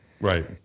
Right